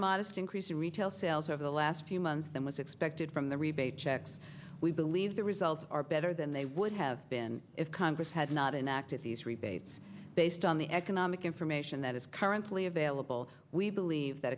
modest increase in retail sales over the last few months than was expected from the rebate checks we believe the results are better than they would have been if congress had not enacted these rebates based on the economic information that is currently available we believe that